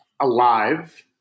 alive